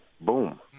boom